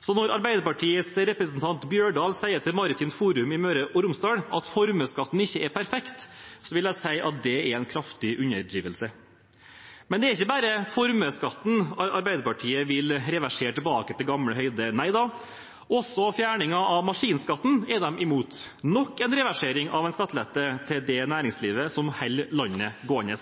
Så når Arbeiderpartiets representant Holen Bjørdal sier til Maritimt Forum i Møre og Romsdal at formuesskatten ikke er perfekt, vil jeg si at det er en kraftig underdrivelse. Men det er ikke bare formuesskatten Arbeiderpartiet vil reversere tilbake til gamle høyder. Nei da, også fjerningen av maskinskatten er de imot – nok en reversering av en skattelette til det næringslivet som holder landet gående.